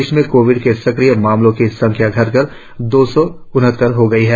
प्रदेश में कोविड के सक्रिय मामलों की संख्या घटकर दो सौ उनहत्तर रह गई है